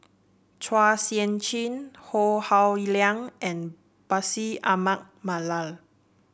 Chua Sian Chin Howe Liang and Bashir Ahmad Mallal